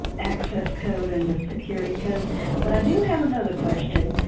access code and the security code but i do have another question.